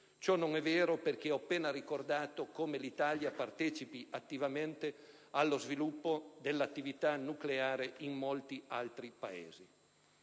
Ciò non è vero, perché ho appena ricordato come l'Italia partecipi attivamente allo sviluppo dell'attività nucleare in molti altri Paesi.